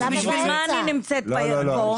בשביל מה אני נמצאת פה?